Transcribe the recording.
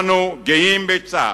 אנו גאים בצה"ל.